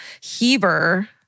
Heber